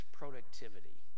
productivity